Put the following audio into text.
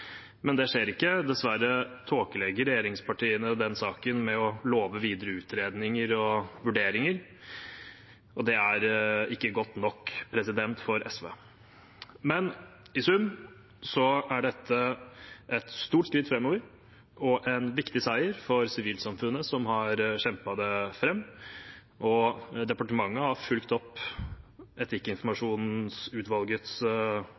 skjer ikke. Dessverre tåkelegger regjeringspartiene saken med å love videre utredninger og vurderinger. Det er ikke godt nok for SV. Men i sum er dette et stort skritt framover og en viktig seier for sivilsamfunnet som har kjempet den fram. Departementet har fulgt opp